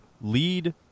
lead